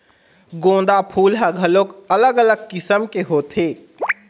गोंदा फूल ह घलोक अलग अलग किसम के होथे